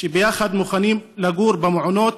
שיחד מוכנים לגור במעונות,